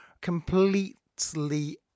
completely